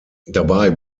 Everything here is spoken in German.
dabei